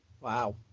Wow